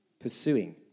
pursuing